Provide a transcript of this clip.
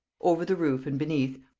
over the roof and beneath,